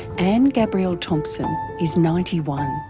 anne-gabrielle thompson is ninety one.